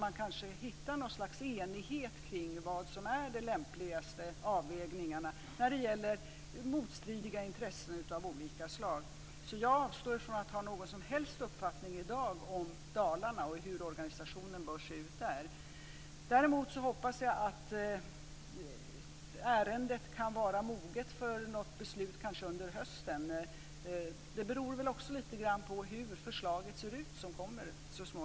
Man kanske hittar något slags enighet kring vad som är de lämpligaste avvägningarna när det gäller motstridiga intressen av olika slag. Jag avstår från att ha någon som helst uppfattning i dag om Dalarna och hur organisationen bör se ut där. Däremot hoppas jag att ärendet kan vara moget för något beslut under hösten. Det beror också lite grann på hur förslaget som så småningom kommer ser ut.